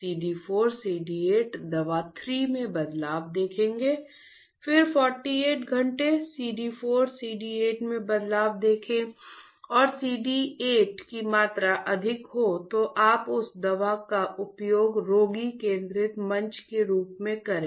CD 4 CD 8 दवा 3 में बदलाव देखें फिर 48 घंटे CD 4 CD 8 में बदलाव देखें और CD 8 की मात्रा अधिक हो तो आप उस दवा का उपयोग रोगी केंद्रित मंच के रूप में करें